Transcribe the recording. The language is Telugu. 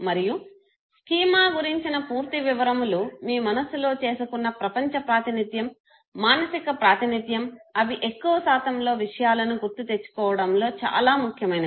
మరియు స్కీమా గురించిన పూర్తి వివరములు మీ మనసులో చేసుకున్న ప్రపంచ ప్రాతినిథ్యం మానసిక ప్రాతినిథ్యం అవి ఎక్కువ శాతంలో విషయాలను గుర్తు తెచ్చుకోవడంలో చాలా ముఖ్యమైనవి